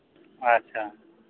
ᱟᱪᱪᱷᱟ